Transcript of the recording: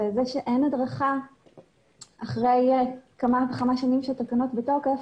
העובדה שאין הדרכה אחרי כמה וכמה שנים שהתקנות בתוקף,